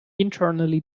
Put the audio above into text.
internally